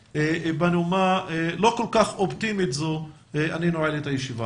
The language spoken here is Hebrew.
בנימה לא כל כך אופטימית זו אני נועל את הישיבה.